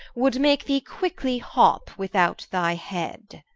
would make thee quickly hop without thy head.